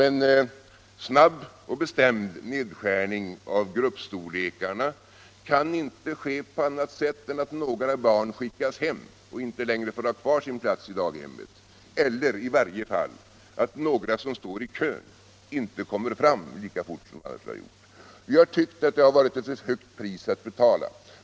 En snabb och bestämd nedskärning av gruppstorlekarna kan inte ske på annat sätt än att några barn skickas hem och inte längre får ha kvar sin plats i daghemmet, eller i varje fall att några som står i kön inte kommer fram lika fort som de annars skulle ha gjort. Vi har tyckt att det är ett för högt pris att betala.